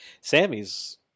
Sammy's